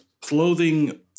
clothing